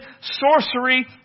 sorcery